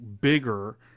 bigger